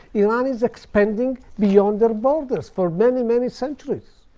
iran is expanding beyond their borders for many, many centuries.